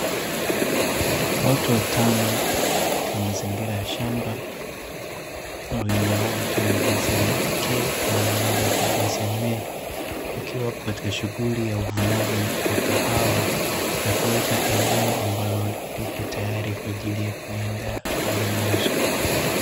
Watu watano katika mazingira ya shamba, wanne wao wakiwa jinsia 'ke' na mmoja akiwa jinsia 'me', wakiwa katika shughuli ya uvunaji wa kahawa na kuweka eneo ambalo lipo tayari kwa ajili ya kuiandaa kwa ajili ya mauzo.